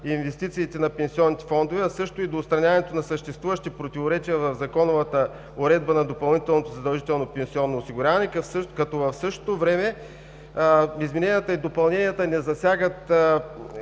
инвестициите на пенсионните фондове, а също и до отстраняването на съществуващите противоречия в законовата уредба на допълнителното задължително пенсионно осигуряване, като в същото време измененията и допълненията не засягат